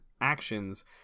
actions